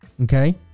Okay